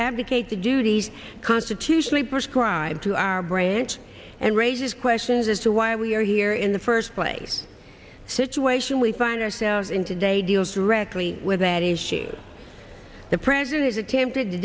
advocate the duties constitutionally prescribe to our branch and raises questions as to why we are here in the first place situation we find ourselves in today deals directly with that issue the president has attempted to